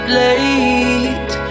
late